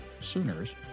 Sooners